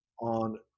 on